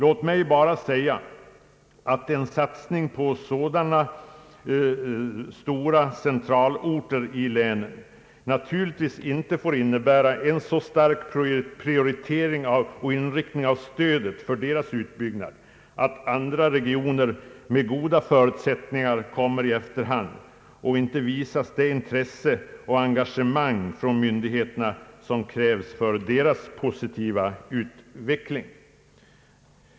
Låt mig bara säga att en satsning på sådana stora centralorter naturligtvis inte får innebära en så stark prioritering och inriktning av stödet för deras utbyggnad att andra regioner med goda förutsättningar kommer i efterhand och inte visas det intresse och engagemang från myndigheterna som krävs för en positiv utveckling.